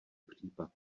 případ